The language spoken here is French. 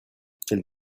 quelle